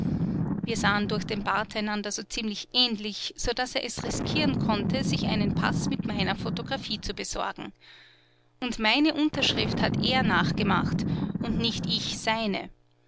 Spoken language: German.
wir sahen durch den bart einander so ziemlich ähnlich so daß er es riskieren konnte sich seinen paß mit meiner photographie zu besorgen und meine unterschrift hat er nachgemacht und nicht ich seine